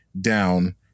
down